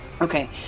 okay